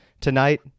tonight